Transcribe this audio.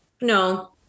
No